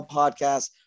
podcast